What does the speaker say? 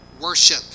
worship